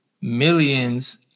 millions